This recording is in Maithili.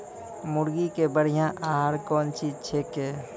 मुर्गी के बढ़िया आहार कौन चीज छै के?